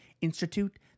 Institute